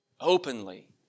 openly